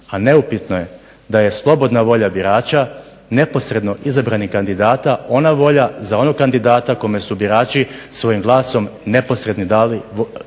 a neupitno je da je slobodna volja birača neposredno izabranih kandidata ona volja za onog kandidata kome su birači svojim glasom neposredno dali svoju